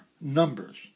Numbers